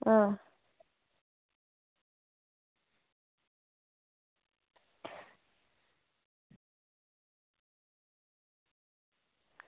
हां